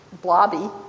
blobby